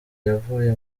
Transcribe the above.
yavuye